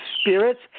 spirits